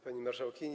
Pani Marszałkini!